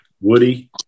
Woody